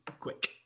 quick